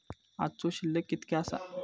आजचो शिल्लक कीतक्या आसा?